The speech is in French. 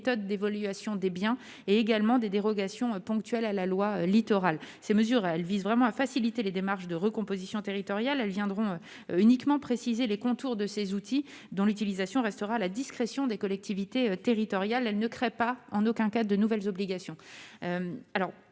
méthodes d'évaluation des biens et également des dérogations ponctuelles à la loi littoral, ces mesures, elles visent vraiment à faciliter les démarches de recomposition territoriale, elles viendront uniquement préciser les contours de ces outils dans l'utilisation restera à la discrétion des collectivités territoriales, elle ne crée pas en aucun cas de nouvelles obligations